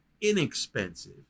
inexpensive